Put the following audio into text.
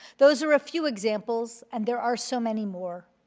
those are a few examples, and there are so many more,